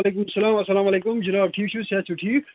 وعلیکُم سلام اَسَلام علیکُم جِناب ٹھیٖک چھِو صحت چھُو ٹھیٖک